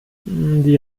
die